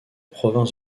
province